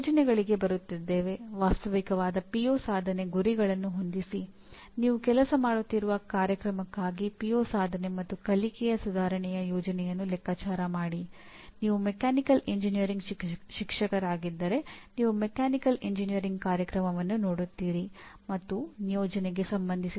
ರೇಖಾಚಿತ್ರದ ಮೂಲಕ ನೀವು ಕಲಿಸಿದ ಪಠ್ಯಕ್ರಮಕ್ಕೆ ಸಂಬಂಧಿಸಿದ ನಿರ್ದಿಷ್ಟ ಅಂಶಗಳ ಮೇಲೆ ಕಲಿಕೆಯ ಗುಣಮಟ್ಟದ ಅವಲಂಬನೆಯ ಕುರಿತು ನಿಮ್ಮ ಸ್ವಂತ ದೃಷ್ಟಿಕೋನವನ್ನು ಪ್ರಸ್ತುತಪಡಿಸಿ